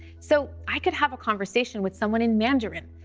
so i could have a conversation with someone in mandarin,